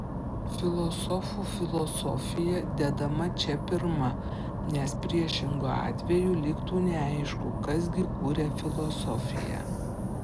filosofų filosofija dedama čia pirma nes priešingu atveju liktų neaišku kas gi kuria filosofiją